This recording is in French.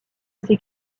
ses